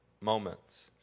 moments